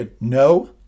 no